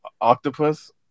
octopus